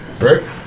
right